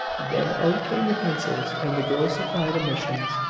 then out came the pencils, and the girls supplied omissions.